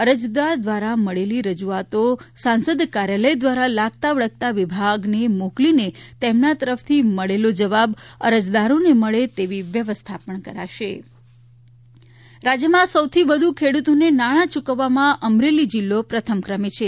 અરજદાર દ્વારા મળેલી રજૂઆતો સાંસદ કાર્યાલય દ્વારા લાગતાવળગતા વિભાગને મોકલીને તેમના તરફથી મળેલો જવાબ અરજદારોએ મળે તેવી વ્યવસ્થા પણ કરાશે અમરેલી મગફળી રાજ્યમાં સૌથી વધુ ખેડૂતને નાણાં યુકવવામાં અમરેલી જિલ્લો પ્રથમ ક્રમે છે